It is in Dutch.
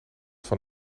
van